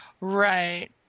Right